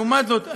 לעומת זאת,